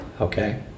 okay